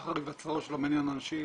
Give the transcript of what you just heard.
בסמים.